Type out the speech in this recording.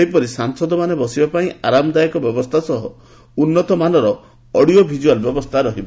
ସେହିପରି ସାଂସଦମାନେ ବସିବା ପାଇଁ ଆରାମ ଦାୟକ ବ୍ୟବସ୍ଥା ସହ ଉନ୍ନତମାନର ଅଡିଓ ଭିଜୁଆଲ୍ ବ୍ୟବସ୍ଥା ରହିବ